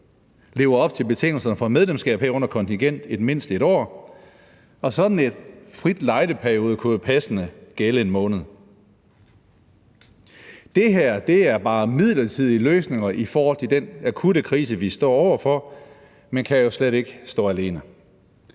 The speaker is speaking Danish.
lever op til betingelserne for et medlemskab, herunder kontingent i mindst 1 år, og sådan en frit lejde-periode kunne passende gælde 1 måned. Det her er bare midlertidige løsninger i den akutte krise, vi står over for, og kan jo slet ikke stå alene.